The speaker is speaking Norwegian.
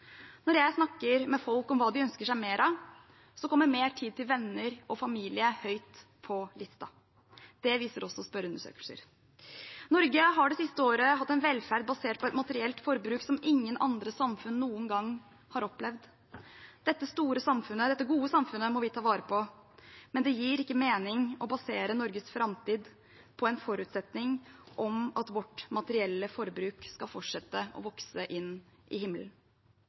Når jeg snakker med folk om hva de ønsker seg mer av, kommer mer tid til venner og familie høyt på listen. Det viser også spørreundersøkelser. Norge har det siste året hatt en velferd basert på et materielt forbruk som ingen andre samfunn noen gang har opplevd. Dette gode samfunnet må vi ta vare på, men det gir ikke mening å basere Norges framtid på en forutsetning om at vårt materielle forbruk skal fortsette å vokse inn i himmelen